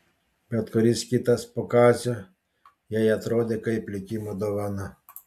bet kuris kitas po kazio jai atrodė kaip likimo dovana